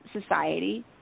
society